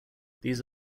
these